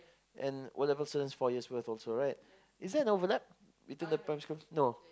and O-level students four years worth also right is that over that between the primary school no